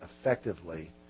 effectively